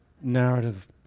narrative